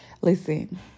Listen